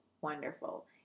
wonderful